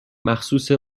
مخصوص